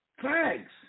Thanks